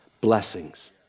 blessings